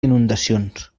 inundacions